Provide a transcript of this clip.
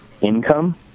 income